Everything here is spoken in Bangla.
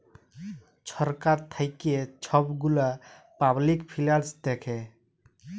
ছরকার থ্যাইকে ছব গুলা পাবলিক ফিল্যাল্স দ্যাখে